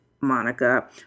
Monica